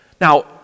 now